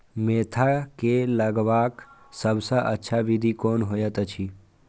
Mentha के लगवाक सबसँ अच्छा विधि कोन होयत अछि?